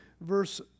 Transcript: verse